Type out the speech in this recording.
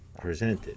presented